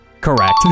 correct